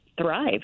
thrive